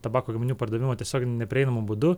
tabako gaminių pardavimą tiesiogiai neprieinamu būdu